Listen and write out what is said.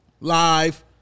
live